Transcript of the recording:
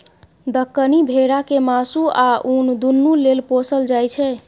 दक्कनी भेरा केँ मासु आ उन दुनु लेल पोसल जाइ छै